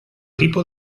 tipo